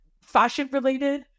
fashion-related